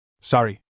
Sorry